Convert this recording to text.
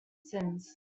sins